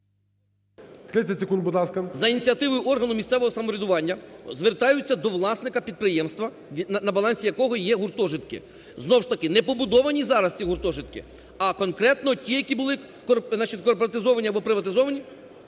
За ініціативою органу місцевого самоврядування звертаються до власника підприємства, на балансі якого є гуртожитки, знову ж таки не побудовані зараз ці гуртожитки, а конкретно ті, які були корпоратизовані або приватизовані…